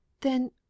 Then